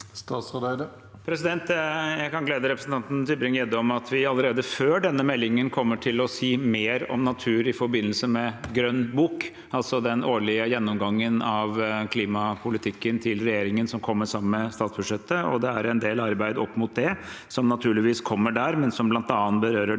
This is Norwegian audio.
Jeg kan glede representanten Tybring-Gjedde med at vi allerede før denne meldingen kommer til å si mer om natur i forbindelse med grønn bok, altså den årlige gjennomgangen av klimapolitikken til regjeringen, som kommer sammen med statsbudsjettet. Det er en del arbeid opp mot det som naturligvis kommer der, men som bl.a. berører de